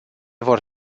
vor